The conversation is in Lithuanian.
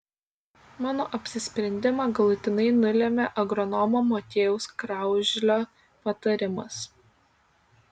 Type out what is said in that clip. mano apsisprendimą galutinai nulėmė agronomo motiejaus kraužlio patarimas